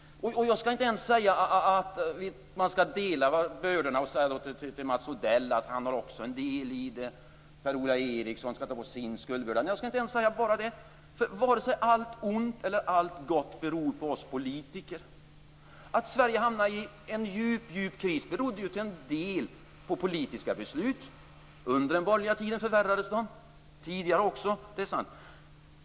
Jag skall inte ens säga att de skall dela bördorna med Mats Odell och att han har sin del i det hela, och att Per Ola Eriksson också skall ta på sig sin skuldbörda. Varken allt ont eller allt gott beror nämligen på oss politiker. Att Sverige hamnade i en mycket djup kris berodde till en del på politiska beslut. Detta förvärrades under den borgerliga tiden och även tidigare - det är sant.